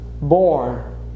born